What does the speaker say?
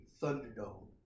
Thunderdome